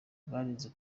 barinze